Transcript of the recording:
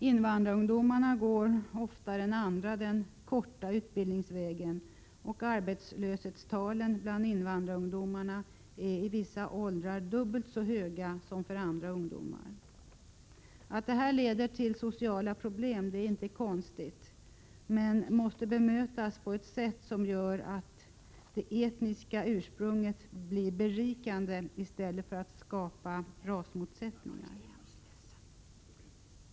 Invandrarungdomarna går oftare än andra den ”korta” utbildningsvägen, och arbetslöshetstalen bland invandrarungdomarna är i vissa åldrar dubbelt så höga som för andra ungdomar. Att detta leder till sociala problem är inte konstigt men måste mötas på ett sätt som gör att det etniska ursprunget blir berikande i stället för att skapa rasmotsättningar.